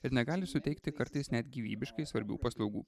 ir negali suteikti kartais net gyvybiškai svarbių paslaugų